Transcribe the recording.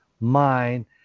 mind